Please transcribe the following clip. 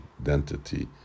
identity